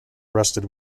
rested